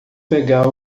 pegar